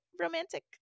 romantic